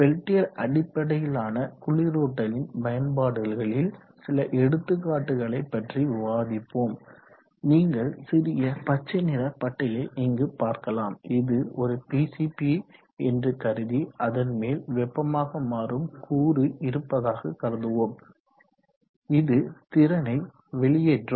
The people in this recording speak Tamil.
பெல்டியர் அடிப்படையிலான குளிரூட்டலின் பயன்பாடுகளில் சில எடுத்துக்காட்டுகளைப் பற்றி விவாதிப்போம் நீங்கள் சிறிய பச்சை நிற பட்டையை இங்கு பார்க்கலாம் இது ஒரு பிசிபி என்று கருதி அதன் மேல்வெப்பமாக மாறும் கூறு இருப்பதாக கருதுவோம் இது திறனை வெளியேற்றும்